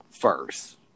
first